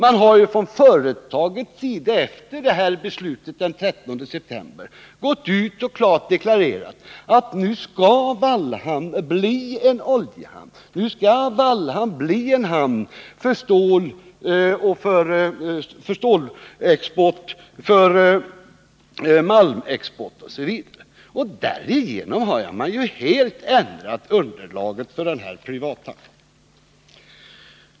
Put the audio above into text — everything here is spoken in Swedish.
Man har ju från företagets sida efter beslutet den 13 september förra året klart deklarerat att nu skall Vallhamn bli en oljehamn, nu skall Vallhamn bli en hamn för stålexport, för malmexport osv. Därigenom har man ju helt ändrat underlaget för den här privathamnen.